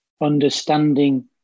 understanding